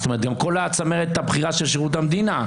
זאת אומרת, גם כל הצמרת הבכירה של שירות המדינה.